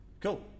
cool